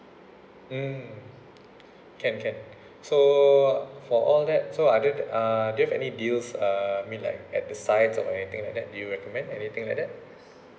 mm can can so for all that so other than uh do you have any deals uh I mean like add the side or anything like that do you recommend anything like that